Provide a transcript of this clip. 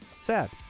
Sad